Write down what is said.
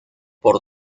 por